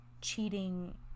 cheating